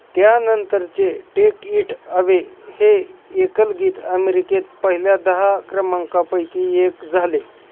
त्यानंतरचे take it away हे एकलगीत अमेरिकेत पहिल्या दहा क्रमांकापैकी एक झाले